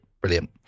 Brilliant